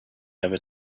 ever